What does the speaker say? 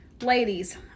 Ladies